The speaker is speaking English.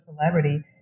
celebrity